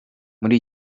muri